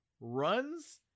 runs